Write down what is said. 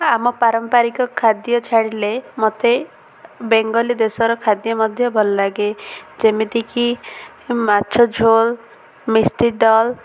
ଆମ ପାରମ୍ପାରିକ ଖାଦ୍ୟ ଛାଡ଼ିଲେ ମୋତେ ବେଙ୍ଗଲୀ ଦେଶର ଖାଦ୍ୟ ମଧ୍ୟ ଭଲ ଲାଗେ ଯେମିତି କି ମାଛ ଝୋଲ ମିଷ୍ଟି ଡାଲ